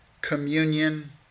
communion